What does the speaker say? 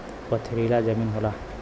पथरीला जमीन होला